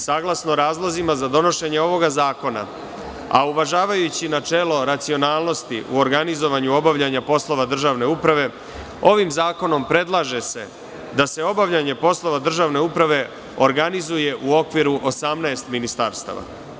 Saglasno razlozima za donošenje ovog zakona, a uvažavajući načelo racionalnosti, u organizovanju obavljanja poslova državne uprave, ovim zakonom se predlaže da se obavljanje poslova državne uprave organizuje u okviru 18 ministarstava.